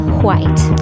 White